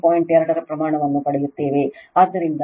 2 ರ ಪ್ರಮಾಣವನ್ನು ಪಡೆಯುತ್ತೇವೆ ಆದ್ದರಿಂದ 1